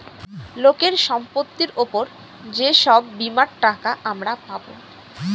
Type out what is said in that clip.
লোকের সম্পত্তির উপর যে সব বীমার টাকা আমরা পাবো